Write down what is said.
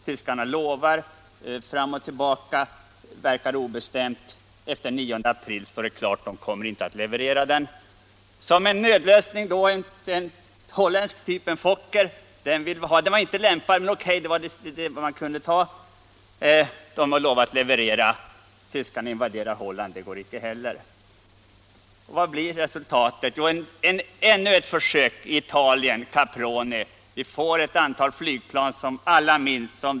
Tyskarna lovade och tog tillbaka. Allt verkade obestämt. Efter den 9 april stod det klart: tyskarna skulle inte komma att leverera något plan. Som en nödlösning tänkte man sig en holländsk typ, en Fokker. Den var inte lämpad för oss, men det var vad vi skulle kunna få. Så invaderade tyskarna Holland. Det blev inget av den affären heller. Vad blev resultatet? Jo, ännu ett försök i Italien — Caproni. Vi fick ett antal flygplan som alla minns.